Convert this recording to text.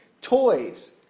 toys